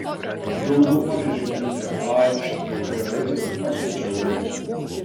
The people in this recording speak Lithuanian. dauguma išgirdę ačiū gerai apsidžiaugia